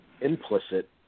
implicit